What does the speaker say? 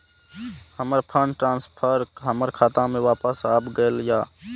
हमर fund transfer हमर खाता में वापस आब गेल या